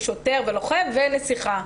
שוטר ולוחם ונסיכה.